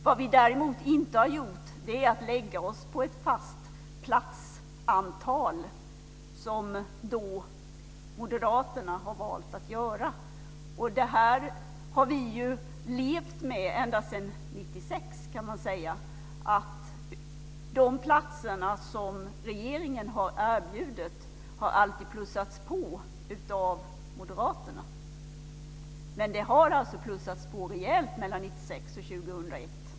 Vad vi däremot inte har gjort är att lägga oss på ett fast platsantal, som moderaterna har valt att göra. Ända sedan 1996 kan man säga att vi har levt med att de platser som regeringen har erbjudit alltid har plussats på av moderaterna. Men det har alltså plussats på rejält mellan 1996 och 2001.